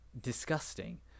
disgusting